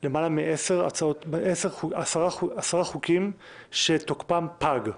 למעלה מעשרה חוקים שתוקפם פג.